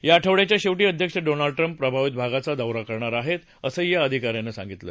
या आठवड्याच्या शेवाी अध्यक्ष डोनाल्ड ट्रम्प प्रभावित भागाचा दौरा करणार आहेत असंही या अधिका यांनी सांगितलं